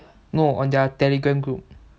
no on their telegram group